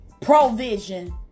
provision